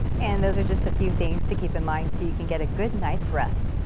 and those are just a few things to keep in mind so you can get a good night's rest.